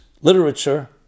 literature